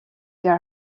there